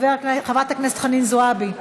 חברת הכנסת חנין זועבי,